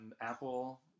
Apple